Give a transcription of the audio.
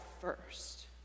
first